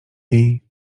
jej